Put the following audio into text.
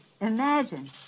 imagine